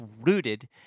rooted